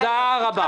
תודה רבה.